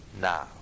Now